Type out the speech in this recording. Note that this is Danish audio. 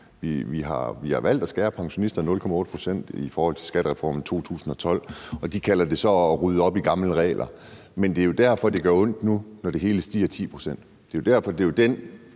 Vi har valgt at skære i pensionisternes ydelse med 0,8 pct. i forhold til skattereformen i 2012, og de kalder det så at rydde op i gamle regler, men det er jo derfor, det gør ondt nu, når det hele stiger 10 pct. Det er den frygt, som jeg